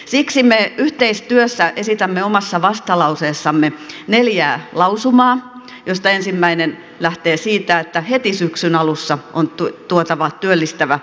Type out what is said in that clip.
siksi me yhteistyössä esitämme omassa vastalauseessamme neljää lausumaa joista ensimmäinen lähtee siitä että heti syksyn alussa on tuotava työllistävä lisätalousarvio